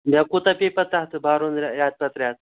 مےٚ کوٗتاہ پیٚیہِ پَتہٕ تَتھ بَرُن رٮ۪تہٕ پَتہٕ رٮ۪تہٕ